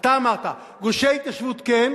אתה אמרת: גושי התיישבות, כן,